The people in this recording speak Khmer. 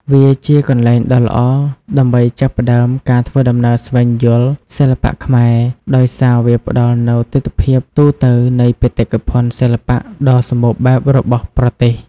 វាជាកន្លែងដ៏ល្អដើម្បីចាប់ផ្តើមការធ្វើដំណើរស្វែងយល់សិល្បៈខ្មែរ ដោយសារវាផ្តល់នូវទិដ្ឋភាពទូទៅនៃបេតិកភណ្ឌសិល្បៈដ៏សម្បូរបែបរបស់ប្រទេស។